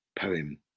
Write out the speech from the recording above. poem